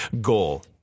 goal